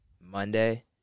Monday